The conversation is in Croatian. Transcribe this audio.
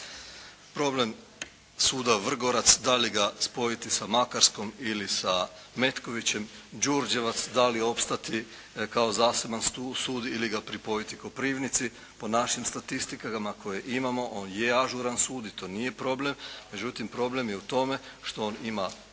problem suda Vrgorac da li ga spojiti sa Makarskom ili sa Metkovićem, Đurđevac da li opstati kao zaseban sud ili ga pripojiti Koprivnici. Po našim statistikama koje imamo on je ažuran sud i to nije problem, međutim problem je u tome što on ima